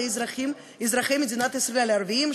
על אזרחי מדינת ישראל הערבים,